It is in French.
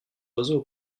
oiseaux